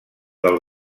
del